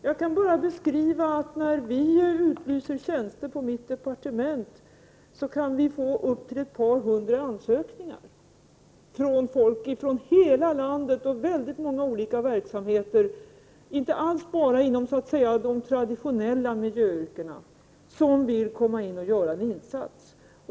När man t.ex. på mitt departement utlyser tjänster kan man få upp till ett par hundra ansökningar från människor från hela landet inom väldigt många verksamheter, inte alls bara inom så att säga traditionella miljöyrken. Man vill göra en insats.